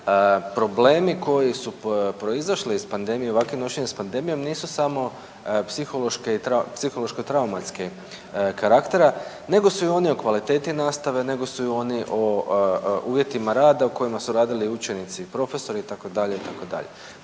Dakle, problemi koji su proizašli iz pandemije i ovakvim nošenjem s pandemijom nisu samo psihološko-traumatskog karaktera, nego su i oni o kvaliteti nastave, nego su i oni o uvjetima rada u kojima su radili i učenici i profesori itd.